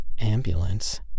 ambulance